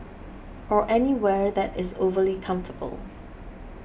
or anywhere that is overly comfortable